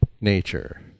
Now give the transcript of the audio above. nature